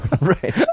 Right